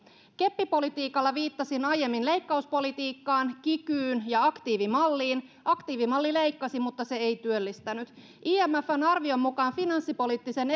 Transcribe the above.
keppipolitiikalla viittasin aiemmin leikkauspolitiikkaan kikyyn ja aktiivimalliin aktiivimalli leikkasi mutta se ei työllistänyt imfn arvion mukaan finanssipoliittisen